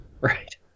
Right